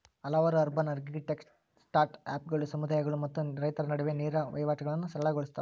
ಹಲವಾರು urban agritech ಸ್ಟಾರ್ಟ್ಅಪ್ಗಳು ಸಮುದಾಯಗಳು ಮತ್ತು ರೈತರ ನಡುವೆ ನೇರ ವಹಿವಾಟುಗಳನ್ನಾ ಸರಳ ಗೊಳ್ಸತಾವ